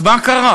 אז מה קרה?